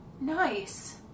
nice